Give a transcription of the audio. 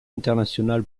international